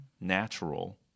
natural